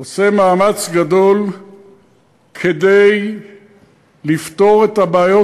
עושה מאמץ גדול כדי לפתור את הבעיות,